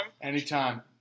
Anytime